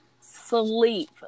Sleep